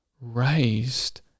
raised